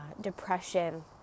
depression